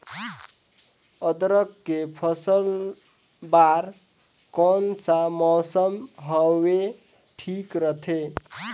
अदरक के फसल बार कोन सा मौसम हवे ठीक रथे?